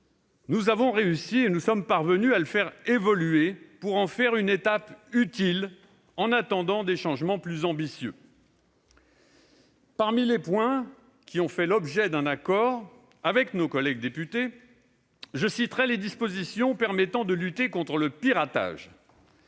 nous avons réussi à le faire évoluer pour en faire une étape utile, en attendant des changements plus ambitieux. Parmi les points qui ont fait l'objet d'un accord avec nos collègues députés, citons les dispositions permettant de lutter contre le piratage.